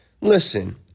listen